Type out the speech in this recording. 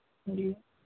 ਹਾਂ ਜੀ